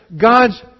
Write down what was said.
God's